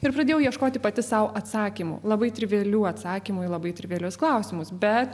ir pradėjau ieškoti pati sau atsakymų labai trivialių atsakymų į labai trivelius klausimus bet